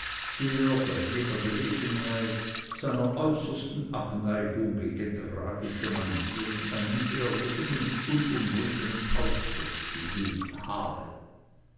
der bei jeder gelegenheit seiner äußersten abneigung gegen tragische manieren einen ehrlichen und unumwundenen ausdruck gegeben habe